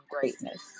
greatness